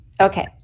okay